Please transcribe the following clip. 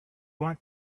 want